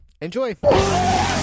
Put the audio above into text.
Enjoy